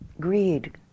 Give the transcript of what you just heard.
Greed